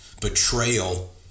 betrayal